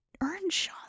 Earnshaw